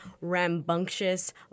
rambunctious